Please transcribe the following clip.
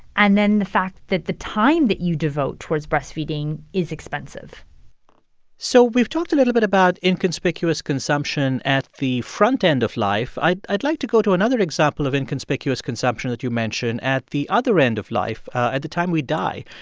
and then the fact that the time that you devote towards breastfeeding is expensive so we've talked a little bit about inconspicuous consumption at the front end of life. i'd i'd like to go to another example of inconspicuous consumption that you mention at the other end of life, at the time we die.